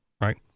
right